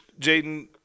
Jaden